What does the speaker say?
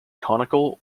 conical